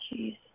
jeez